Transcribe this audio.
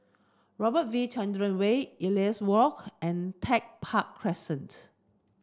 Robert V Chandran Way Ellis Walk and Tech Park Crescent